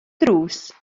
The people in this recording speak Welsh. drws